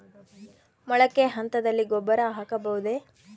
ಮೊಳಕೆ ಹಂತದಲ್ಲಿ ಗೊಬ್ಬರ ಹಾಕಬಹುದೇ?